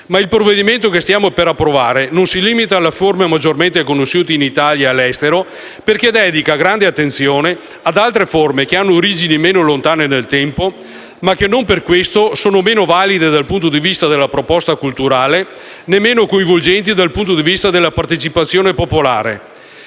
Il provvedimento che stiamo per approvare non si limita alle forme maggiormente conosciute in Italia e all'estero, perché dedica grande attenzione ad altre forme che hanno origini meno lontane nel tempo ma che non per questo sono meno valide dal punto di vista della proposta culturale, né meno coinvolgenti dal punto di vista della partecipazione popolare.